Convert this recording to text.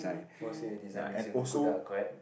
mostly a design makes you look good ah correct